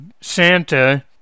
Santa